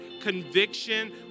conviction